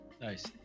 Nice